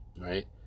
right